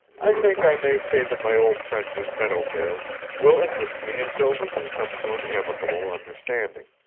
i think i may say that my old friends in meadowvale will interest me until we can come to an amicable understanding.